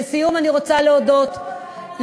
את לא מודה לנו?